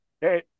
Hey